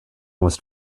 was